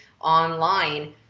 online